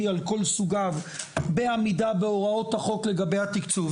על כל סוגיו בעמידה בהוראות החוק לגבי התקצוב,